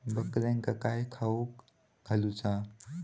बकऱ्यांका काय खावक घालूचा?